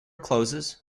closes